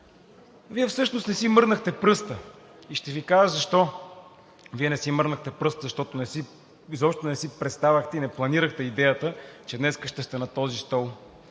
Вие всъщност не си мръднахте пръста. И ще Ви кажа защо. Вие не си мръднахте пръста, защото изобщо не си представяхте и не планирахте идеята, че днес ще сте на този стол.